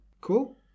Cool